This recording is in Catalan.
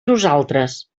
nosaltres